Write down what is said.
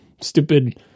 stupid